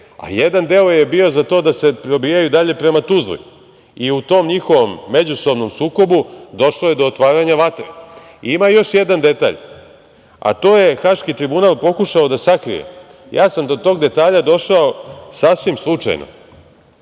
jedan deo je bio za to da se probijaju dalje prema Tuzli i u tom njihovom međusobnom sukobu došlo je do otvaranja vatre. Ima još jedan detalj, a to je Haški tribunal pokušao da sakrije. Ja sam do tog detalja došao sasvim slučajno